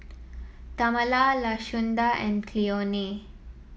Tamala Lashunda and Cleone